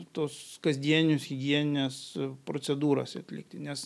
tuos kasdieninius higienines procedūras atlikti nes